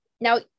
Now